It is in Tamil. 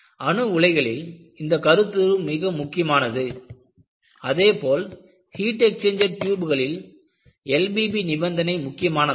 அணு உலைகளில் இந்த கருத்துரு மிகவும் முக்கியமானது அதேபோல் ஹீட் எக்சேஞ்சேர் டியூப்களில் LBB நிபந்தனை முக்கியமானதாகும்